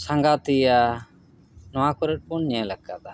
ᱥᱟᱸᱜᱟᱛᱮᱭᱟ ᱱᱚᱣᱟ ᱠᱚᱨᱮ ᱵᱚᱱ ᱧᱮᱞ ᱟᱠᱟᱫᱟ